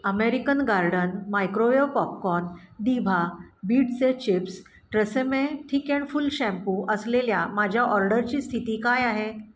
American Garden microwave popcorn दिभा बीटचे chips Tresemme thick and full shampoo असलेल्या माझ्या ऑर्डरची स्थिती काय आहे